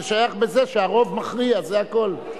זה שייך בזה שהרוב מכריע, זה הכול.